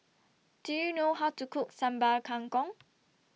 Do YOU know How to Cook Sambal Kangkong